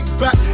back